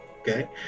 okay